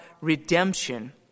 redemption